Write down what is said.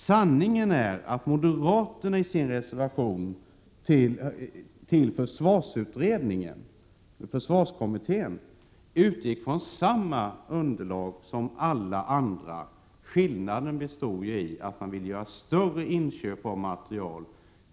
Sanningen är att moderaterna i sin reservation i försvarskommittén utgick från samma underlag som alla andra. Skillnaden bestod i att man ville göra större inköp av materiel.